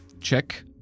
check